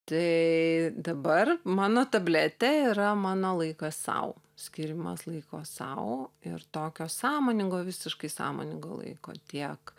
tai dabar mano tabletė yra mano laikas sau skyrimas laiko sau ir tokio sąmoningo visiškai sąmoningo laiko tiek